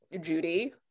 judy